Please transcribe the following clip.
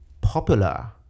popular